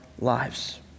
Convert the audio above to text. lives